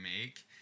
make